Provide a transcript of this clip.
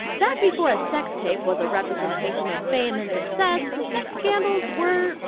back before a sex tape was a representation of fame and success, sex scandals were,